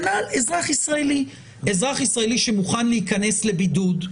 אז כנ"ל לגבי אזרח ישראלי שמוכן להיכנס לבידוד.